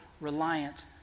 reliant